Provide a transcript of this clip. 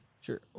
Sure